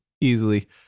easily